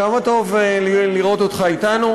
כמה טוב לראות אותך אתנו.